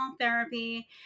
therapy